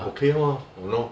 okay lor !hannor!